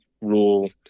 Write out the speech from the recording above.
rule